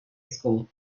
school